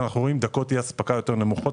אנחנו רואים דקות אי-אספקה יותר נמוכות,